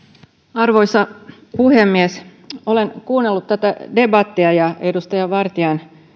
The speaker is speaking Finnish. arvoisa puhemies olen kuunnellut tätä debattia ja edustaja vartian